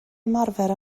ymarfer